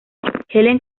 helen